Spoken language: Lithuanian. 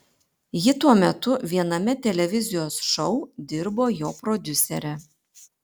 ji tuo metu viename televizijos šou dirbo jo prodiusere